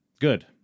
good